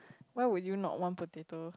why would you not want potato